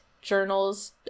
journals